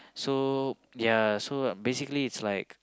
so ya so basically it's like